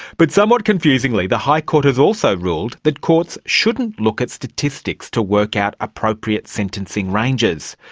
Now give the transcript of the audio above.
but, somewhat confusingly, the high court has also ruled that courts shouldn't look at statistics to work out appropriate sentencing ranges.